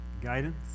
Guidance